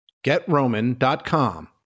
GetRoman.com